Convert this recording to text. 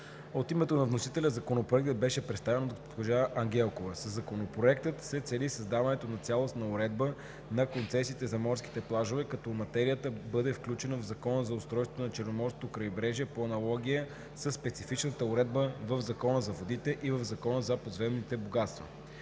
От името на вносителя Законопроектът беше представен от госпожа Ангелкова. Със Законопроекта се цели създаването на цялостна уредба на концесиите за морските плажове, като материята бъде включена в Закона за устройството на Черноморското крайбрежие, по аналогия със специфичната уредба в Закона за водите и в Закона за подземните богатства.